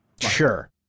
Sure